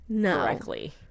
correctly